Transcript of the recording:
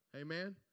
amen